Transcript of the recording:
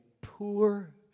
poor